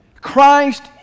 Christ